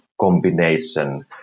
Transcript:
combination